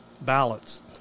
ballots